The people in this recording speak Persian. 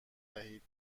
دهید